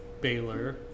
baylor